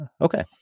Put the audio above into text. Okay